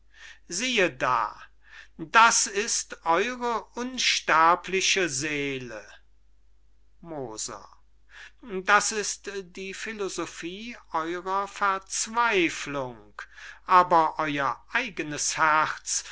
siehe da das ist eure unsterbliche seele moser das ist die philosophie eurer verzweiflung aber euer eigenes herz